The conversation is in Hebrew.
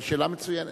אבל שאלה מצוינת.